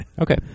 Okay